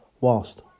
whilst